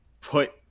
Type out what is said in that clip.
put